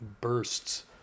bursts